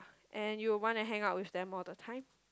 and you will want to hang out with them all the time